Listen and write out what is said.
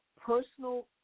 personal